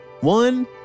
One